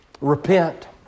Repent